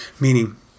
meaning